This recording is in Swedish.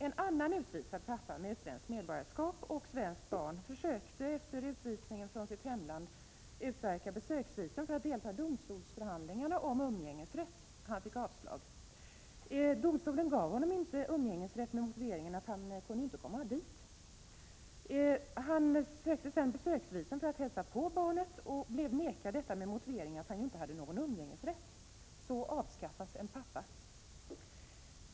En annan utvisad pappa med utländskt medborgarskap och svenskt barn försökte efter utvisningen från sitt hemland utverka besöksvisum för att delta i domstolsförhandlingarna om umgängesrätt. Han fick avslag. Domstolen gav honom sedan inte umgängesrätt, med motiveringen att han inte kunde komma hit. Han ansökte därefter om besöksvisum för att hälsa på barnet, men blev nekad detta med motiveringen att han inte hade någon umgängesrätt. Så avskaffas en pappa.